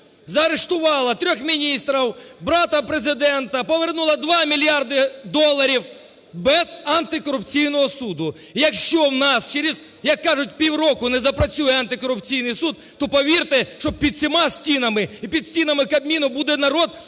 заарештували трьох міністрів, брата президента, повернула два мільярди доларів – без антикорупційного суду. Якщо в нас через, як кажуть, через півроку не запрацює антикорупційний суд, то повірте, що під цими станами і під стінами Кабміну буде народ,